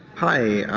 hi.